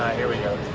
here we go.